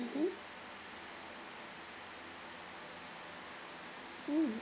mmhmm mm